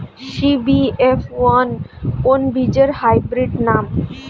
CBF one কোন বীজের hybrid নাম?